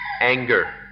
anger